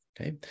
Okay